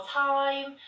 time